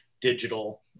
digital